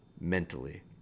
mentally